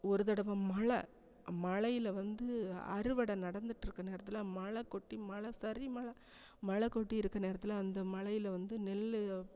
ஒரு தடவை மழை மழையில வந்து அறுவடை நடந்துகிட்ருக்க நேரத்தில் மழை கொட்டி மழை சரி மழை மழை கொட்டிருக்க நேரத்தில் அந்த மழையில வந்து நெல்